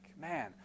man